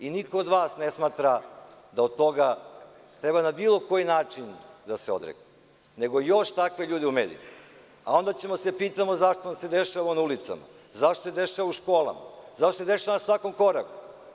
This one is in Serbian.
Niko od vas ne smatra da od toga treba na bilo koji način da se odrekne, nego još takvih ljudi u medijima, a onda ćemo da se pitamo zašto nam se dešava ovo na ulicama, u školama, zašto se dešava na svakom koraku.